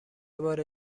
بار